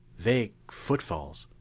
vague footfalls.